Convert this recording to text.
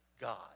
God